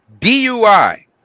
DUI